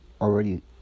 already